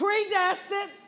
predestined